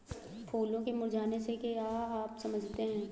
फूलों के मुरझाने से क्या आप समझते हैं?